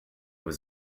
was